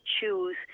choose